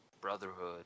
Brotherhood